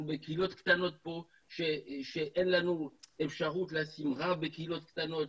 בקהילות קטנות פה שאין לנו אפשרות לשים רב בקהילות קטנות,